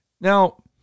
Now